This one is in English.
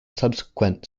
subsequent